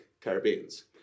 caribbeans